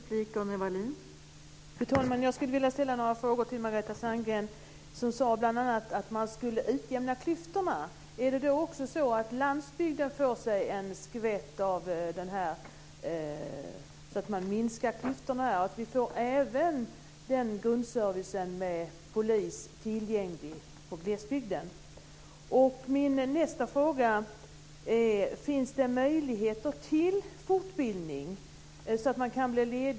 Fru talman! Jag skulle vilja ställa några frågor till Margareta Sandgren, som bl.a. sade att man skulle utjämna klyftorna. Får också landsbygden sig en skvätt så att klyftorna minskar även där och man får grundservicen med polis tillgänglig i glesbygden? Min nästa fråga är: Finns det möjligheter till fortbildning?